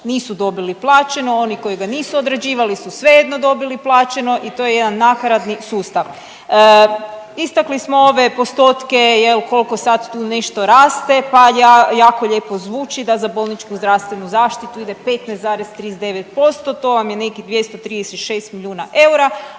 nisu dobili plaćeno, oni koji ga nisu odrađivali su svejedno dobili plaćeno i to je jedan nakaradni sustav. Istakli smo ove postotke koliko sad tu nešto raste pa jako lijepo zvuči da za bolničku zdravstvenu zaštitu ide 15,39% to vam je nekih 236 milijuna eura,